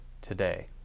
today